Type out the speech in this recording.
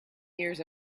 years